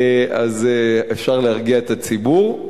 אפשר להרגיע את הציבור.